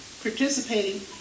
participating